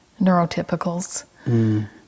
neurotypicals